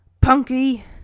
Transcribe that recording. Punky